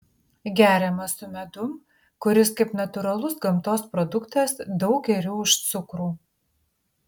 geriamas su medum kuris kaip natūralus gamtos produktas daug geriau už cukrų